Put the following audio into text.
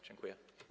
Dziękuję.